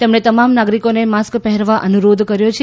તેમણે તમામ નાગરિકોને માસ્ક પહેરવા અનુરોધ કર્યો છે